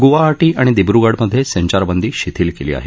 ग्वाहाटी आणि दिब्गडमधे संचारबंदी शिथील केली आहे